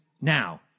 now